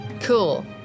Cool